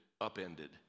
upended